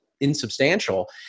insubstantial